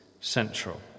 central